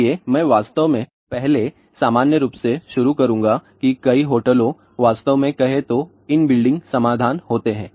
इसलिए मैं वास्तव में पहले सामान्य रूप से शुरू करूंगा कि कई होटलों वास्तव में कहें तो इन बिल्डिंग समाधान होते है